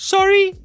Sorry